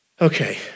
okay